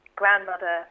grandmother